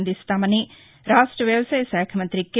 అందిస్తామని రాష్ట వ్యవసాయ శాఖ మంతి కె